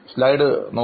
my MBA